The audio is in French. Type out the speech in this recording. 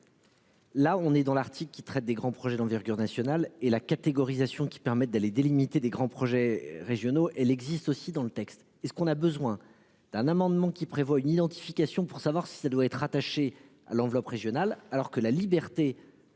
Là on est dans l'article qui traite des grands projets d'envergure nationale et la catégorisation qui permettent d'aller délimiter des grands projets régionaux elle existe aussi dans le texte et ce qu'on a besoin d'un amendement qui prévoit une identification pour savoir si ça doit être rattaché à l'enveloppe régionale, alors que la liberté de